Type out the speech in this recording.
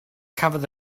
cafodd